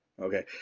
okay